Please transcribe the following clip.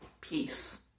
Peace